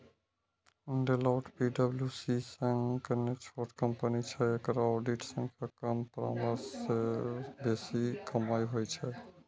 Deloitte पी.डब्ल्यू.सी सं कने छोट कंपनी छै, एकरा ऑडिट सं कम परामर्श सं बेसी कमाइ होइ छै